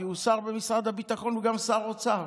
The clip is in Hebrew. כי הוא שר במשרד הביטחון והוא גם שר אוצר.